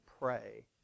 pray